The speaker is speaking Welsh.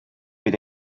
bydd